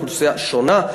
אוכלוסייה שונה,